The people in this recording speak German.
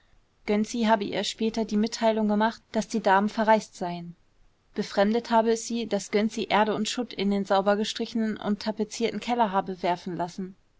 gönczi habe ihr später die mitteilung gemacht daß die damen verreist seien befremdet habe es sie daß gönczi erde und schutt in den sauber gestrichenen und tapezierten keller habe werfen lassen